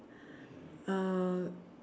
uh